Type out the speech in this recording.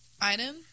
item